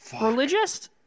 religious